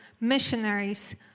missionaries